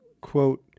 Quote